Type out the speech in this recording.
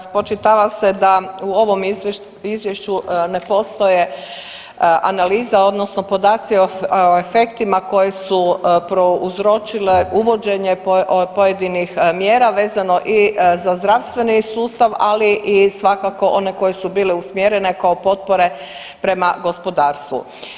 Spočitava se da u ovom Izvješću ne postoje analiza, odnosno podaci o efektima koji su prouzročile uvođenje pojedinih mjera vezano i za zdravstveni sustav, ali i svakako, one koje su bile usmjerene kao potpore prema gospodarstvu.